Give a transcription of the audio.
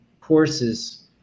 courses